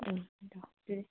ꯎꯝ